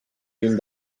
lluny